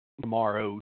tomorrow